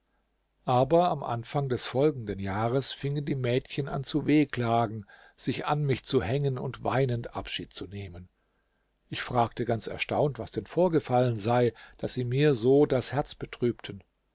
aber am anfang des folgenden jahres fingen die mädchen an zu wehklagen sich an mich zu hängen und weinend abschied zu nehmen ich fragte ganz erstaunt was denn vorgefallen sei daß sie mir so das herz betrübten